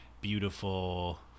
beautiful